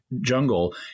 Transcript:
jungle